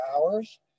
hours